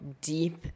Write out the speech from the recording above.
deep